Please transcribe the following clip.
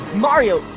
mario!